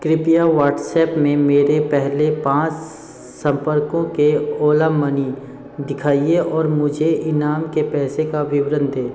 कृपया व्हाट्सेप में मेरे पहले पाँच संपर्कों के ओला मनी दिखाइए और मुझे इनाम के पैसे का विवरण दें